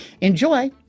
Enjoy